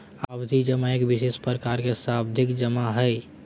आवर्ती जमा एक विशेष प्रकार के सावधि जमा हइ